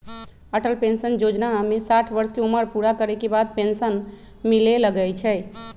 Atal pension जोजना में साठ वर्ष के उमर पूरा करे के बाद पेन्सन मिले लगैए छइ